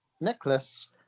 necklace